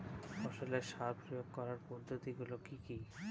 ফসলে সার প্রয়োগ করার পদ্ধতি গুলি কি কী?